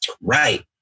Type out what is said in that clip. Right